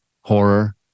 horror